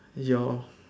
your